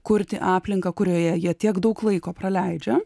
kurti aplinką kurioje jie tiek daug laiko praleidžia